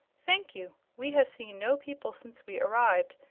thank you. we have seen no people since we arrived,